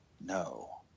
No